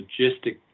logistic